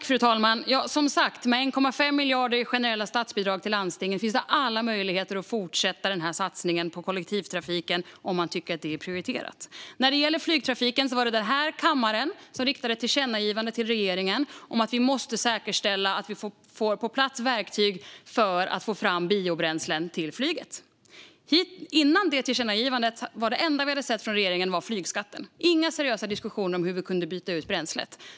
Fru talman! Med 1,5 miljarder i generella statsbidrag till landstingen finns det som sagt alla möjligheter att fortsätta denna satsning på kollektivtrafiken om man tycker att det är prioriterat. Vad gäller flygtrafiken riktade denna kammare ett tillkännagivande till regeringen om att den måste säkerställa att få verktyg på plats för att få fram biobränslen till flyget. Innan tillkännagivandet gjordes var flygskatten det enda vi hade sett från regeringens sida. Det förekom inga seriösa diskussioner om hur vi skulle kunna byta ut bränslet.